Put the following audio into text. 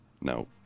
No